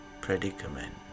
predicament